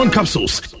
Capsules